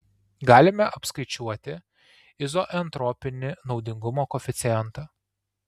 galime apskaičiuoti izoentropinį naudingumo koeficientą